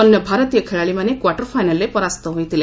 ଅନ୍ୟ ଭାରତୀୟ ଖେଳାଳୀମାନେ କ୍ୱାର୍ଟର ଫାଇନାଲରେ ପରାସ୍ତ ହୋଇଥିଲେ